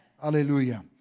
Hallelujah